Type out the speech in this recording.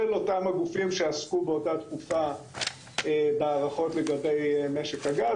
אותם גופים שעסקו באותה תקופה בהערכות לגבי משק הגז,